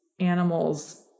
Animals